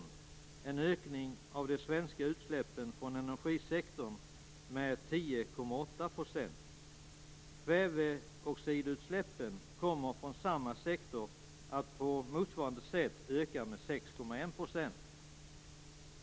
Det är en ökning av de svenska utsläppen från energisektorn med 10,8 %. Kväveoxidutsläppen från samma sektor kommer på motsvarande sätt att öka med 6,1 %.